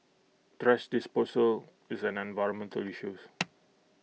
thrash disposal is an environmental issues